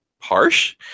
harsh